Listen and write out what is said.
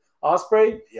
Osprey